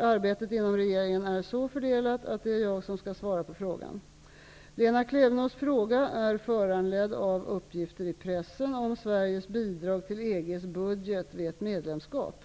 Arbetet inom regeringen är så fördelat att det är jag som skall svara på frågan. Lena Klevenås fråga är föranledd av uppgifter i pressen om Sveriges bidrag till EG:s budget vid ett medlemskap.